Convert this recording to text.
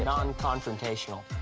non-confrontational.